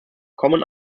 common